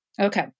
okay